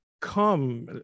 come